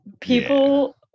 People